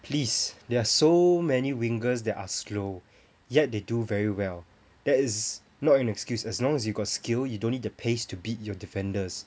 please there are so many wingers that are slow yet they do very well that is not an excuse as long as you got skill you don't need the pace to beat your defenders